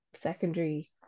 secondary